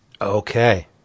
Okay